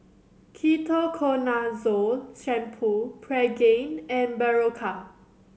Ketoconazole Shampoo Pregain and Berocca